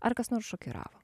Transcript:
ar kas nors šokiravo